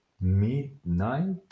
midnight